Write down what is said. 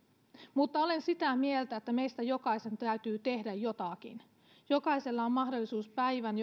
mutta olen sitä mieltä että meistä jokaisen täytyy tehdä jotakin jokaisella on mahdollisuus jokaisissa päivän